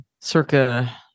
circa